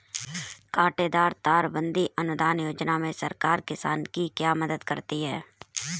कांटेदार तार बंदी अनुदान योजना में सरकार किसान की क्या मदद करती है?